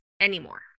anymore